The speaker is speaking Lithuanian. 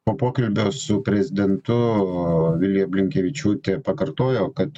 po pokalbio su prezidentu vilija blinkevičiūtė pakartojo kad